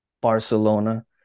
Barcelona